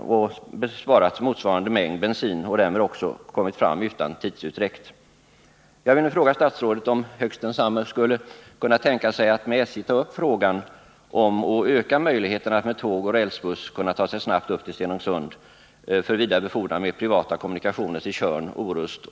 Därmed har jag också sparat motsvarande mängd bensin och kommit fram utan tidsutdräkt. för att på så sätt göra dem attraktivare, exempelvis genom att sälja häften som berättigar resenären till 25 resor till ett lägre pris.